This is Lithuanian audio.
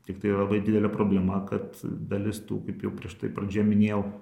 tiktai yra labai didelė problema kad dalis tų kaip jau prieš tai pradžioj minėjau